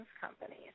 companies